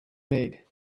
made